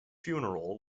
funeral